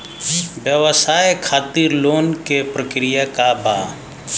व्यवसाय खातीर लोन के प्रक्रिया का बा?